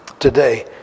Today